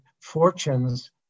fortunes